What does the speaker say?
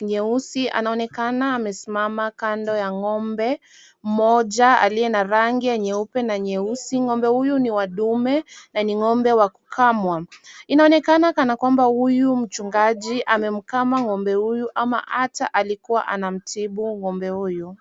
nyeusi anaonekana amesimama kando ya ng'ombe mmoja aliye na rangi ya nyeupe na nyeusi, ng'ombe huyu ni wa dume na ni ng'ombe wa kukamwa. Inaonekana kana kwamba huyu mchungaji amemkama ng'ombe huyu ama hata alikuwa anamtibu ng'ombe huyu.